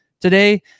today